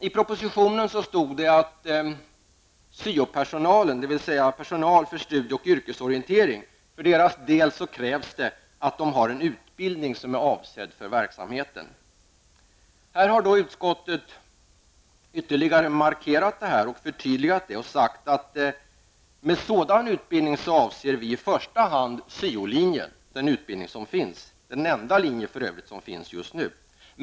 I propositionen krävs att syo-personal, dvs. personal för studie och yrkesorientering, har en utbildning som är avsedd för verksamheten. Utskottet har ytterligare markerat detta och sagt att man med sådan utbildning i första hand avser syo-linjen för övrigt, den enda utbildning som finns just nu.